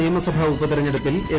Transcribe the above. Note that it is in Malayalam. പാലാ നിയമസഭാ ഉപതെരഞ്ഞെടുപ്പിൽ എൽ